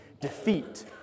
defeat